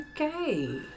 okay